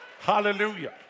hallelujah